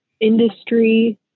industry